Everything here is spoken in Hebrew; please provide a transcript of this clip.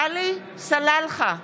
עלי סלאלחה,